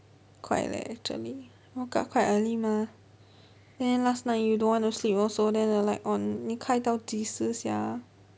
quite leh actually woke up quite early mah then last night you don't want to sleep also then the light on 你开到及时 sia